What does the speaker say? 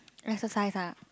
exercise ah